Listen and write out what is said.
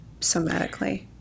somatically